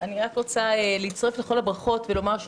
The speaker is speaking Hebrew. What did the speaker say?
אני רק רוצה להצטרף לכל הברכות ולומר,